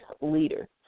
leader